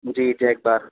جی جیگبار